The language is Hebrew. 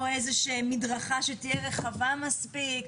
או איזה שהיא מדרכה שתהיה רחבה מספיק.